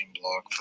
blog